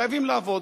חייבים לעבוד.